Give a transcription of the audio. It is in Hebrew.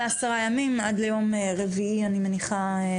לעשרה ימים עד ליום רביעי הבא,